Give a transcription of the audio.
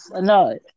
No